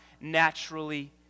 naturally